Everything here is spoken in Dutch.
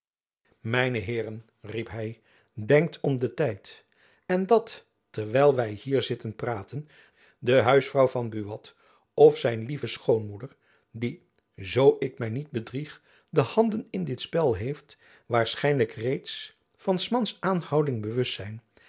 mijne heeren riep hy denkt om den tijd en dat terwijl wy hier zitten praten de huisvrouw jacob van lennep elizabeth musch van buat of zijn lieve schoonmoeder die zoo ik my niet bedrieg de handen in dit spel heeft waarschijnlijk reeds van s mans aanhouding